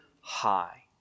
high